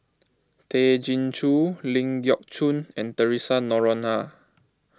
Tay Chin Joo Ling Geok Choon and theresa Noronha